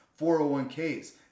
401ks